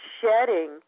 shedding